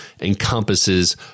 encompasses